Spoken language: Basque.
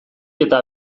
eta